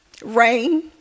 Rain